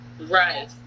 Right